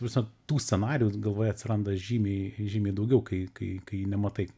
viso tų scenarijaus galvoje atsiranda žymiai žymiai daugiau kai kai nematai